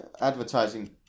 advertising